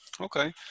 okay